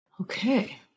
Okay